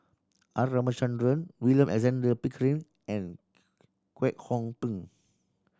R Ramachandran William Alexander Pickering and Kwek Hong Png